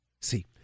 See